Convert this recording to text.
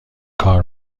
کار